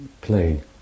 play